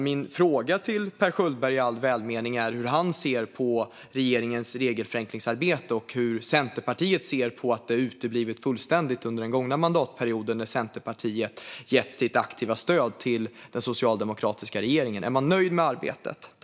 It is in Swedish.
Min fråga till Per Schöldberg, ställd i all välmening, gäller hur han ser på regeringens regelförenklingsarbete och hur Centerpartiet ser på att det har uteblivit fullständigt under den gångna mandatperioden, när Centerpartiet har gett sitt aktiva stöd till den socialdemokratiska regeringen. Är man nöjd med arbetet?